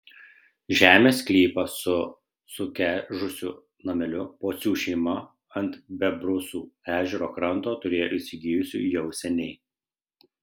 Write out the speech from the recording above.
žemės sklypą su sukežusiu nameliu pocių šeima ant bebrusų ežero kranto turėjo įsigijusi jau seniai